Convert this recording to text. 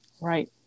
Right